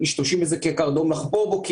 משתמשים בזה כקרדום לחפור בו,